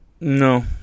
No